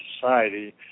society